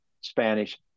Spanish